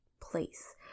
place